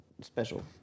special